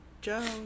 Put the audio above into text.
Joe